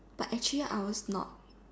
but actually I was not